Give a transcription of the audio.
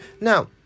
Now